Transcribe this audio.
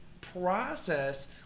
process